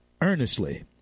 earnestly